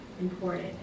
important